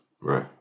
Right